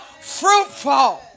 fruitful